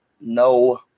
no